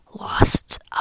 lost